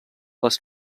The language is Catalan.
les